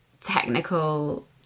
technical